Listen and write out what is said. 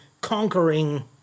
conquering